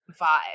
vibe